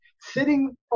sitting